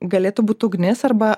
galėtų būt ugnis arba